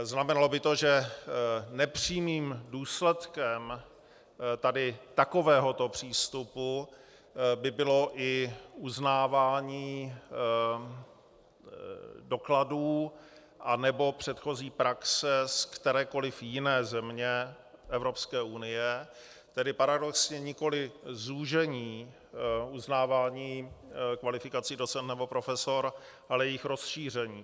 Znamenalo by to, že nepřímým důsledkem takovéhoto přístupu by bylo i uznávání dokladů anebo předchozí praxe z kterékoli jiné země Evropské unie, tedy paradoxně nikoliv zúžení uznávání kvalifikací docent a profesor, ale jejich rozšíření.